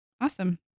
Awesome